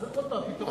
הפתרון,